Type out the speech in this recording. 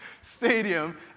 Stadium